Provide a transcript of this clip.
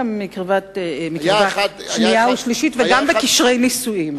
אלא מקרבה שנייה ושלישית וגם בקשרי נישואים.